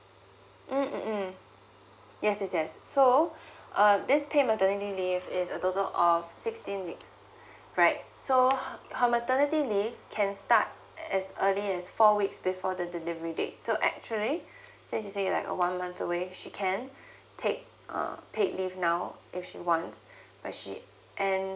mm mm mm yes yes yes so uh this paid maternity leave is a total of sixteen weeks right so her her maternity leave can start as early as four weeks before the delivery date so actually say she say like a one month away she can take uh paid leave now if she wants but she and